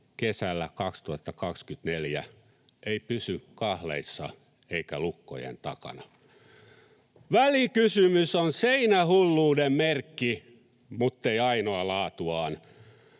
kesällä 2024 ei pysy kahleissa eikä lukkojen takana. Välikysymys on seinähulluuden merkki, muttei ainoa laatuaan.